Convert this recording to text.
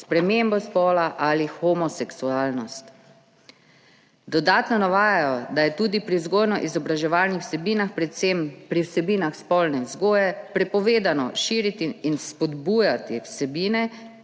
spremembo spola ali homoseksualnost. Dodatno navajajo, da je tudi pri vzgojno-izobraževalnih vsebinah, predvsem pri vsebinah spolne vzgoje, prepovedano širiti in spodbujati vsebine,